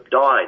died